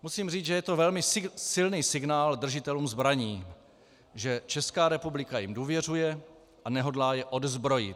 Musím říct, že je to velmi silný signál držitelům zbraní, že Česká republika jim důvěřuje a nehodlá je odzbrojit.